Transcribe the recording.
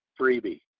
freebie